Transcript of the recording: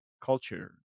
culture